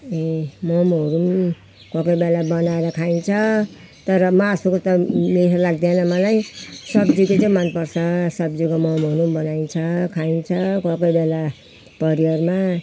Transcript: ए ममहरू कोही कोही बेला बनाएर खाइन्छ तर मासुको त मिठो लाग्दैन मलाई सब्जीको चाहिँ मन पर्छ सब्जीको ममहरू बनाइन्छ खाइन्छ कोही कोही बेला परिवारमा